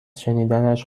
شنیدنش